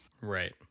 Right